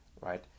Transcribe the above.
right